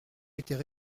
étaient